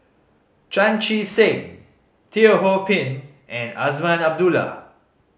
Chan Chee Seng Teo Ho Pin and Azman Abdullah